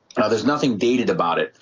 now there's nothing dated about it.